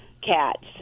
cats